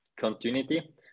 continuity